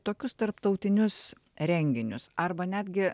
tokius tarptautinius renginius arba netgi